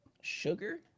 Sugar